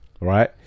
Right